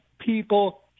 people